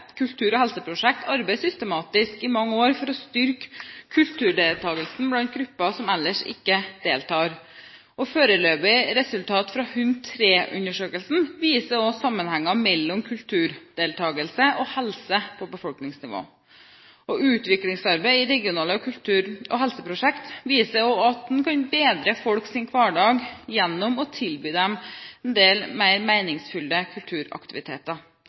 kultur- og helseprosjekter arbeidet systematisk i mange år for å styrke kulturdeltakelsen blant grupper som ellers ikke deltar. Foreløpig resultat fra HUNT 3-undersøkelsen viser også sammenhenger mellom kulturdeltakelse og helse på befolkningsnivå. Utviklingsarbeid i regionale kultur- og helseprosjekter viser også at en kan bedre folks hverdag gjennom å tilby dem en del mer meningsfylte kulturaktiviteter.